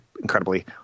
incredibly